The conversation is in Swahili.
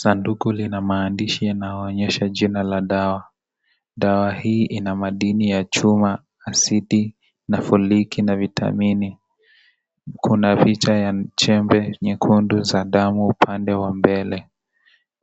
Sanduku lina maandishi inaoonyesha jina la dawa. Dawa hii ina madini ya chuma, acidi, na foliki na vitameni. Kuna picha ya chembe nyekundu za damu upande wa mbele.